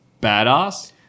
badass